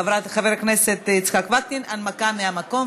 חבר הכנסת יצחק וקנין, הנמקה מהמקום.